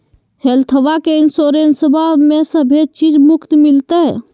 हेल्थबा के इंसोरेंसबा में सभे चीज मुफ्त मिलते?